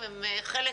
הם חלק